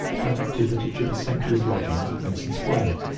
directed that it should be sent to his lodgings at vincent square.